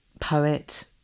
poet